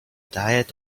diet